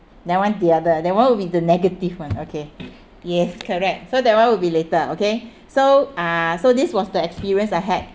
that [one] the other that [one] will be the negative one okay yes correct so that [one] will be later okay so uh so this was the experience I had